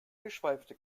geschweifte